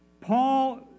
Paul